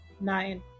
Nine